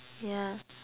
yeah